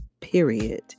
period